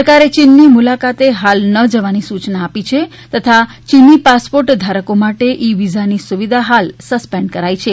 સરકારે ચીનની મુલાકાતે હાલ ન જવાની સૂચના આપી છે તથા ચીની પાસપોર્ટ ધારકો માટે ઇ વીઝાની સુવિધા હાલ સસ્પેન્ડ કરાઇ છે